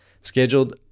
scheduled